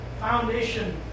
foundation